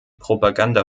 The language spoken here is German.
propaganda